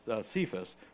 Cephas